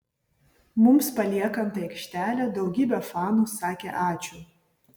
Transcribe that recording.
mums paliekant aikštelę daugybė fanų sakė ačiū